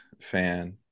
fan